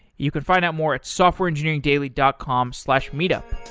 you could find out more at softwareengineeringdaily dot com slash meetup.